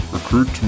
Recruit